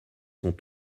sont